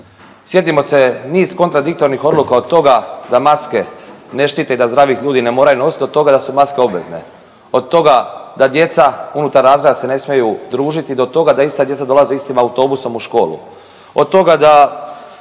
Sjetimo se niz kontradiktornih odluka od toga da maske ne štite i da ih zdravi ljudi ne moraju nositi do toga da su maske obavezne, od toga da djeca unutar razreda se ne smiju družiti do toga da ista djeca dolaze istim autobusom u školu, od toga da